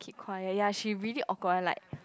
be quiet ya she really awkward one like